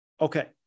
Okay